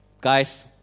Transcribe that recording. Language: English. guys